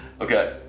okay